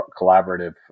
collaborative